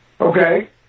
Okay